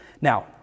Now